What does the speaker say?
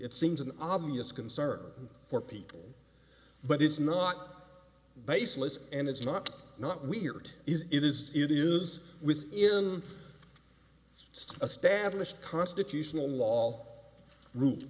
it seems an obvious concern for people but it's not baseless and it's not not weird is it is it is with in stablished constitutional law root